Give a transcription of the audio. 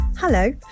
Hello